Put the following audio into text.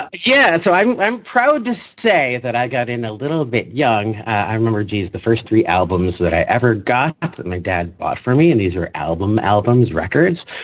ah yeah. so i'm i'm proud to say that i got in a little bit young. i remember geez, the first three albums that i ever got that my dad bought for me. and these are album albums. records.